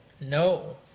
No